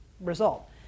result